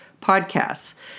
podcasts